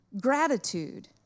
gratitude